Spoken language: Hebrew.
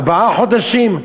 ארבעה חודשים,